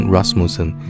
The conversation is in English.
Rasmussen